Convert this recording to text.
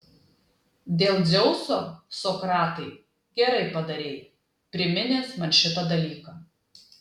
dėl dzeuso sokratai gerai padarei priminęs man šitą dalyką